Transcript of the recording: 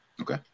Okay